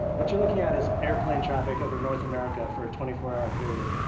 what you're looking at is airplane traffic over north america for a twenty four hour period.